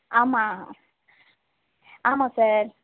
ஆமாம் ஆமாம் சார்